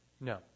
No